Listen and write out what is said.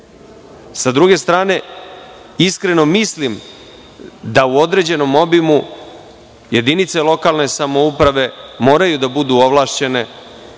druge strane, iskreno mislim da u određenom obimu jedinice lokalne samouprave moraju da budu ovlašćene